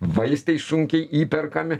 vaistai sunkiai įperkami